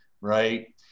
Right